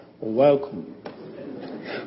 welcome